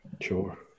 sure